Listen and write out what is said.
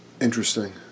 Interesting